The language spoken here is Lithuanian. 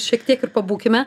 šiek tiek ir pabūkime